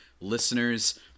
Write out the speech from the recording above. listeners